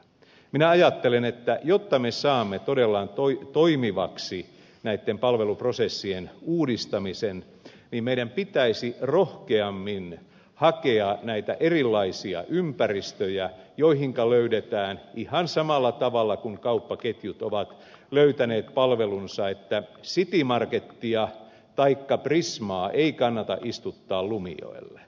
minä ajattelen että jotta me saamme todella toimivaksi näitten palveluprosessien uudistamisen niin meidän pitäisi rohkeammin hakea näitä erilaisia ympäristöjä joihinka löydetään ihan samalla tavalla kuin kauppaketjut ovat löytäneet palvelunsa että citymarketia taikka prismaa ei kannata istuttaa lumijoelle